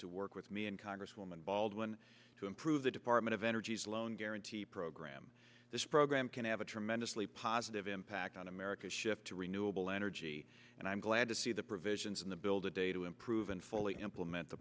to work with me and congresswoman baldwin to improve the department of energy's loan guarantee program this program can have a tremendously positive impact on america's shift to renewable energy and i'm glad to see the provisions in the build a day to improve and fully implement the